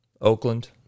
Oakland